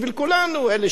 אלה שהצביעו בשבילו,